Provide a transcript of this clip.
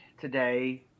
today